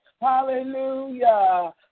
Hallelujah